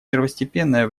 первостепенное